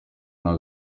nta